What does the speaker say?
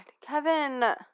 Kevin